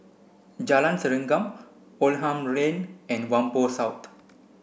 Jalan Serengam Oldham Lane and Whampoa South